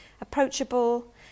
approachable